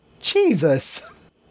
Jesus